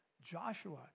Joshua